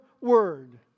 word